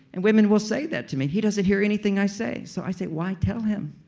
and women will say that to me. he doesn't hear anything i say. so i say, why tell him?